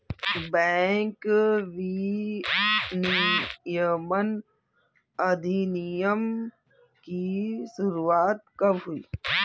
Bank विनियमन अधिनियम की शुरुआत कब हुई?